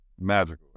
magical